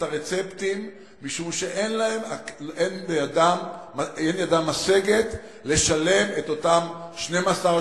הרצפטים משום שאין ידם משגת לשלם את אותם 12,